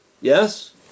yes